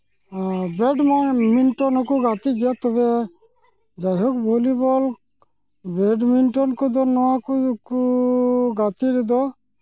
badminton ᱦᱚᱸᱠᱚ ᱜᱟᱛᱮᱜ ᱜᱮᱭᱟ ᱛᱚᱵᱮ ᱡᱟᱭᱦᱳᱠ ᱵᱷᱚᱞᱤᱵᱚᱞ ᱵᱮᱰᱢᱤᱱᱴᱚᱱ ᱠᱚᱫᱚ ᱱᱚᱣᱟ ᱠᱚ ᱜᱟᱛᱮ ᱨᱮᱫᱚ